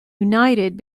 united